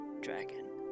dragon